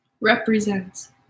represents